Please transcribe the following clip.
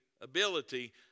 ability